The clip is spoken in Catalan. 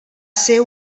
ser